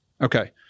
Okay